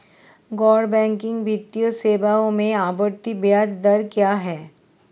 गैर बैंकिंग वित्तीय सेवाओं में आवर्ती ब्याज दर क्या है?